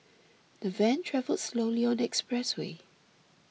the van travelled slowly on the expressway